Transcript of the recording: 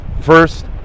first